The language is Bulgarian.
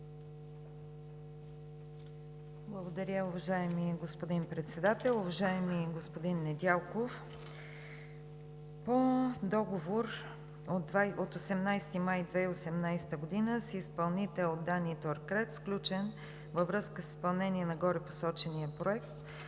Благодаря. Уважаеми господин Председател! Уважаеми господин Недялков, по договора от 18 май 2018 г. с изпълнител „ДАНИ ТОРКРЕТ“, сключен във връзка с изпълнение на горепосочения проект,